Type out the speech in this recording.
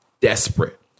desperate